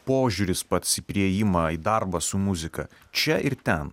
požiūris pats į priėjimą į darbą su muzika čia ir ten